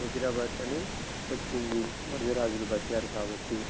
వజీరాబాద్ అని వచ్చింది వరిజ రాజులు బ్రతికారు కాబట్టి